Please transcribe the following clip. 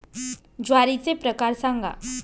ज्वारीचे प्रकार सांगा